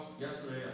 yesterday